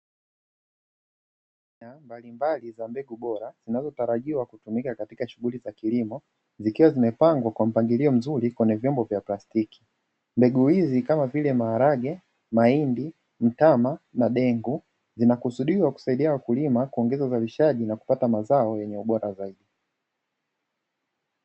Aina mbalimbali za mbegu bora zinazotarajiwa kutumika katika shughuli za kilimo, zikiwa zimepangwa kwa mpangilio mzuri kwenye vyombo vya plastiki. Mbegu hizi kama vile: maharage, mahindi, mtama na dengu zinakusudiwa kusaidia wakulima kuongeza uzalishaji na kupata mazao yanye ubora zaidi.